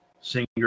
singer